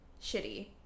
shitty